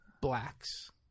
blacks